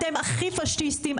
אתם הכי פשיסטים,